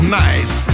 nice